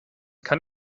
kann